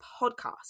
podcast